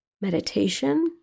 meditation